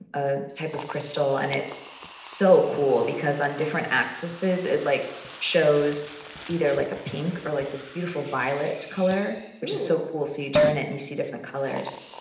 a type of crystal, and it's so cool because on different axes it like shows either, like, a pink or like this beautiful violet color, which is so cool. you turn it and you see different colors.